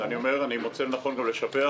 אני מוצא לנכון גם לשבח.